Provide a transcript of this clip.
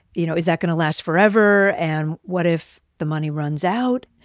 you know, is that gonna last forever? and what if the money runs out?